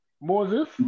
Moses